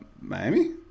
Miami